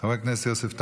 חבר הכנסת יוסף טייב,